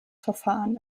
verfahren